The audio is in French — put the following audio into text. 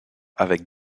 avec